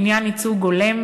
לעניין ייצוג הולם,